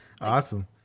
Awesome